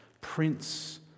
Prince